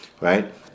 right